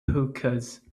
hookahs